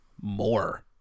more